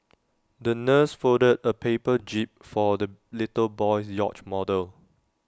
the nurse folded A paper jib for the little boy's yacht model